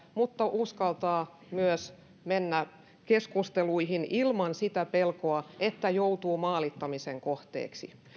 mutta uskaltaa myös mennä keskusteluihin ilman sitä pelkoa että joutuu maalittamisen kohteeksi